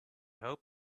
hope